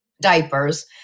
diapers